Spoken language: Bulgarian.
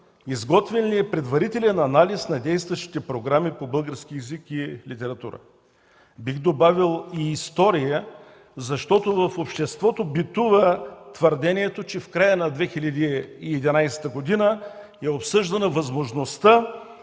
изготвен ли е предварителен анализ на действащите програми по български език и литература? Бих добавил – и история, защото в обществото битува твърдението, че в края на 2011 г. е обсъждана възможността